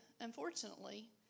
unfortunately